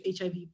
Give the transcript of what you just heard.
HIV